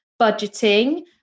budgeting